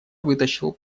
вытащил